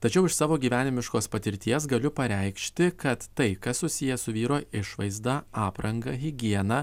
tačiau iš savo gyvenimiškos patirties galiu pareikšti kad tai kas susiję su vyro išvaizda apranga higiena